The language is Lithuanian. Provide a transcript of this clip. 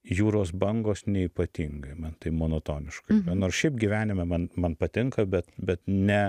jūros bangos neypatingai man tai monotoniška nors šiaip gyvenime man man patinka bet bet ne